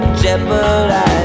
jeopardize